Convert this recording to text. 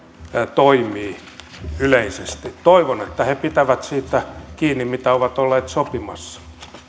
toimii yleisesti toivon että he pitävät siitä kiinni mitä ovat olleet sopimassa